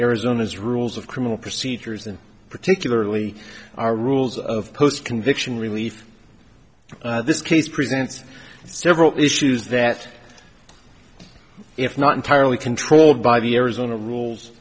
arizona's rules of criminal procedures and particularly our rules of post conviction relief this case presents several issues that if not entirely controlled by the arizona rules